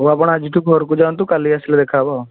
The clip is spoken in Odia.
ହଉ ଆପଣ ଆଜିଠୁ ଘରକୁ ଯାଆନ୍ତୁ କାଲି ଆସିଲେ ଦେଖାହେବ